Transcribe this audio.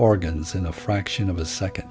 organs in a fraction of a second